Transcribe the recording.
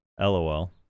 LOL